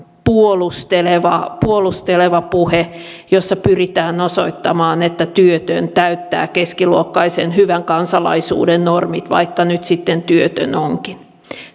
puolusteleva puolusteleva puhe jossa pyritään osoittamaan että työtön täyttää keskiluokkaisen hyvän kansalaisuuden normit vaikka nyt sitten työtön onkin